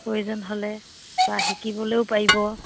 প্ৰয়োজন হ'লে বা শিকিবলৈও পাৰিব